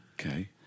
Okay